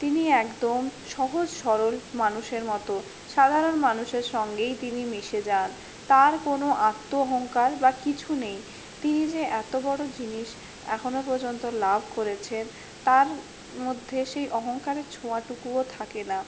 তিনি একদম সহজ সরল মানুষের মতো সাধারণ মানুষের সঙ্গেই তিনি মিশে যান তার কোনো আত্ম অহংকার বা কিছু নেই তিনি যে এতো বড়ো জিনিস এখনও পর্যন্ত লাভ করেছেন তার মধ্যে সেই অহংকারের ছোঁয়াটুকুও থাকে না